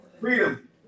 Freedom